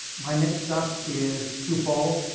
my next stop is sioux falls,